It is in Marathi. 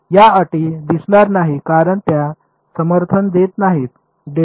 या अटी दिसणार नाहीत कारण त्या समर्थन देत नाहीत